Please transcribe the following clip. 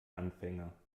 anfänger